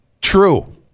True